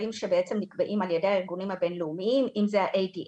שבעצם נקבעים על ידי הארגונים הבין-לאומיים אם זה ה-ADI